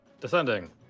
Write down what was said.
Descending